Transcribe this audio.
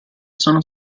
sono